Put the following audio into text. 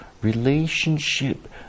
relationship